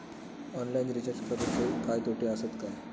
Online recharge करुचे काय तोटे आसत काय?